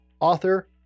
author